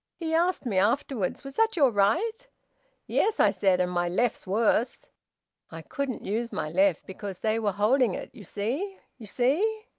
he asked me afterwards, was that your right yes, i said, and my left's worse i couldn't use my left because they were holding it. you see? you see?